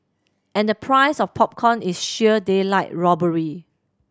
and the price of popcorn is sheer daylight robbery